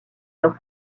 leur